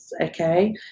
okay